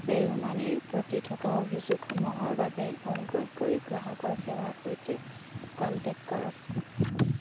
pay ইউ মানিৰ প্ৰতি থকা অভিযোগসমূহৰ বাবে অনুগ্ৰহ কৰি গ্ৰাহকৰ সেৱাৰ সৈতে কন্টেক্ট কৰক